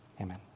amen